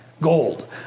Gold